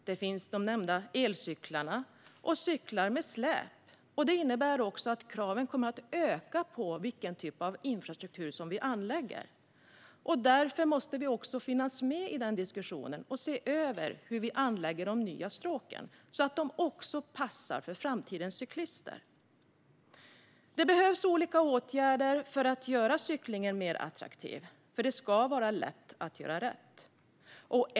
Det finns, som nämnts, elcyklar samt cyklar med släp. Detta innebär att kraven på vilken typ av infrastruktur vi anlägger kommer att öka. Därför måste vi finnas med i denna diskussion och se över hur vi anlägger de nya stråken, så att de också passar för framtidens cyklister. Det behövs olika åtgärder för att göra cyklingen mer attraktiv, för det ska vara lätt att göra rätt.